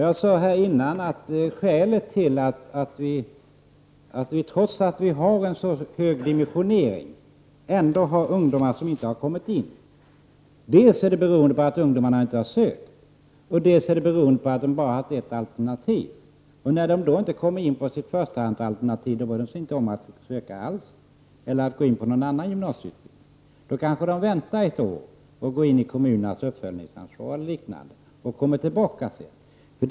Jag var tidigare inne på skälet till att vi, trots att vi har en så hög dimensionering, ändå har ungdomar som inte har kommit in. Det är dels beroende på att ungdomarna inte har sökt, dels på att de bara har haft ett alternativ. När de inte kan komma in på sitt förstahandsalternativ, bryr de sig inte om att söka alls eller att gå in på någon annan gymnasieutbildning. De kanske väntar ett år, går in i kommunens uppföljningsprogram eller liknande och kommer tillbaka sedan.